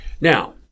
Now